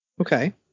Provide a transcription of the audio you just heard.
Okay